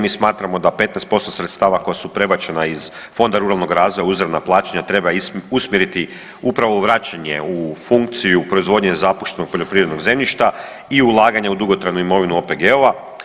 Mi smatramo da 15% sredstava koja su prebačena iz Fonda ruralnog razvoja u izravna plaćanja treba usmjeriti upravo u vraćanje u funkciju proizvodnje zapuštenog poljoprivrednog zemljišta i ulaganje u dugotrajnu imovinu OPG-ova.